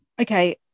okay